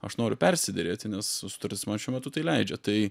aš noriu persiderėti nes sutartis mano šiuo metu tai leidžia tai